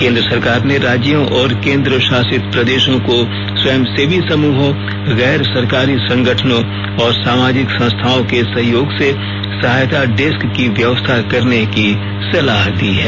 केन्द्र सरकार ने राज्यों और केन्द्र शासित प्रदेशों को स्वयंसेवी समूहों गैर सरकारी संगठनों और सामाजिक संस्थाओं के सहयोग से सहायता डेस्क की व्यवस्था करने की सलाह दी है